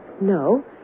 No